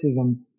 racism